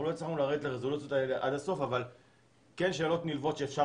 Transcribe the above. אנחנו לא הצלחנו לרדת לרזולוציות האלה עד הסוף אבל שאלות נלוות שאפשר